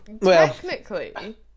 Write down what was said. technically